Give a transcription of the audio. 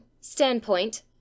standpoint